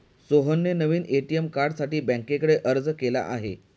सोहनने नवीन ए.टी.एम कार्डसाठी बँकेकडे अर्ज केला आहे